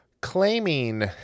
claiming